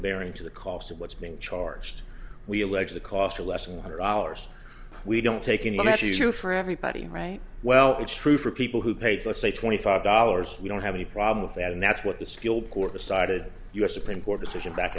bearing to the cost of what's being charged we allege the cost or less than one hundred dollars we don't take unless you for everybody right well it's true for people who paid let's say twenty five dollars we don't have any problem with that and that's what the skilled court decided us supreme court decision back